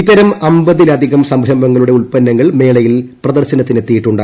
ഇത്തരം അമ്പതിലധികം സംർംഭങ്ങളുടെ ഉത്പന്നങ്ങൾ മേളയിൽ പ്രദർശനത്തിനെത്തിയിട്ടുണ്ട്